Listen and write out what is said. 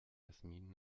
yasmin